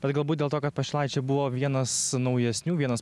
bet galbūt dėl to kad pašilaičiai buvo vienas naujesnių vienas